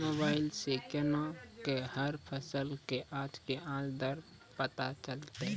Mobile सऽ केना कऽ हर फसल कऽ आज के आज दर पता चलतै?